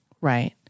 right